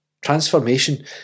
transformation